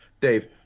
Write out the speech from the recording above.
Dave